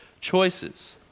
choices